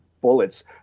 bullets